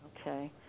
Okay